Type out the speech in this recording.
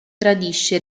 tradisce